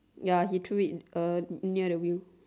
ya he threw it uh near the wheel